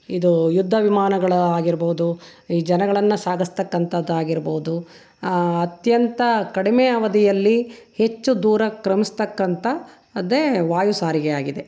ಇದು ಯುದ್ದ ವಿಮಾನಗಳು ಆಗಿರ್ಬೋದು ಈ ಜನಗಳನ್ನು ಸಾಗಿಸ್ತಕ್ಕಂಥದ್ ಆಗಿರ್ಬೋದು ಅತ್ಯಂತ ಕಡಿಮೆ ಅವಧಿಯಲ್ಲಿ ಹೆಚ್ಚು ದೂರ ಕ್ರಮಿಸ್ತಕ್ಕಂಥ ಅದೇ ವಾಯು ಸಾರಿಗೆ ಆಗಿದೆ